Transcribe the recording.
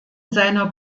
seiner